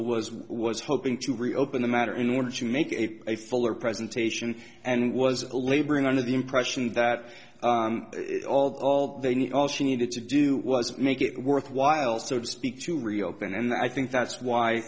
was was hoping to reopen the matter in order to make it a fuller presentation and was laboring under the impression that all they need all she needed to do was make it worthwhile so to speak to reopen and i think that's why